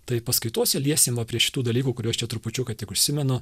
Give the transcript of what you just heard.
tai paskaitose liesim va prie šitų dalykų kuriuos čia trupučiuką tik užsimenu